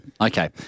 Okay